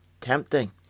tempting